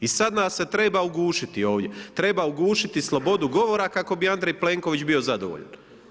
I sad nas se treba ugušiti ovdje, treba ugušiti slobodu govora kako bi Andrej Plenković bio zadovoljan.